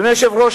אדוני היושב-ראש,